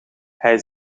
hij